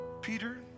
Peter